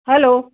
હાલો